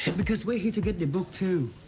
and because we're here to get the book, too.